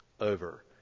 over